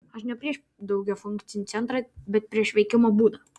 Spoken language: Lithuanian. aš ne prieš daugiafunkcį centrą bet prieš veikimo būdą